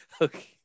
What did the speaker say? Okay